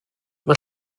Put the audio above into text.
mae